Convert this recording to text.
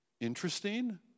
interesting